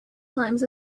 times